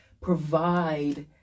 provide